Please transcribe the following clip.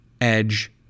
edge